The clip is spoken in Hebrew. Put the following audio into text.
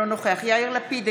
אינו נוכח יאיר לפיד,